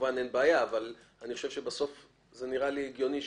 כמובן אין בעיה אבל אני חושב שבסוף זה נראה לי הגיוני,